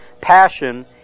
passion